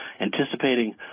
anticipating